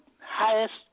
highest